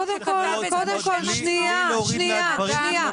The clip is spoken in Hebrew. בלי להוריד מהדברים,